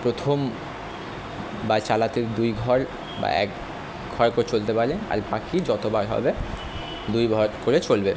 প্রথম বা চালাতে দুই ঘর বা এক ঘর করে চলতে পারে আর বাকি যত বার হবে দুই ঘর করে চলবে